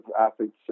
athletes